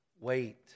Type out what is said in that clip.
wait